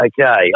Okay